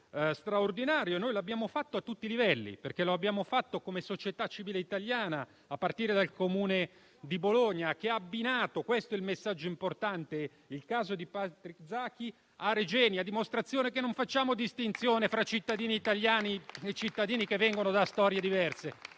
straordinario. Noi l'abbiamo fatto a tutti i livelli, perché lo abbiamo fatto come società civile italiana, a partire dal Comune di Bologna, che ha abbinato - questo è il messaggio importante - il caso di Patrick Zaki a quello di Regeni, a dimostrazione che non facciamo distinzione fra cittadini italiani e cittadini che vengono da storie diverse.